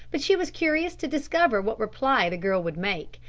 but she was curious to discover what reply the girl would make,